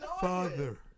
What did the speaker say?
Father